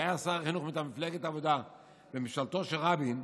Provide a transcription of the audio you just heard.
שהיה שר החינוך מטעם מפלגת העבודה בממשלתו של רבין,